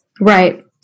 Right